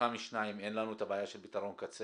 במתחם 2 אין לנו את הבעיה של פתרון קצה.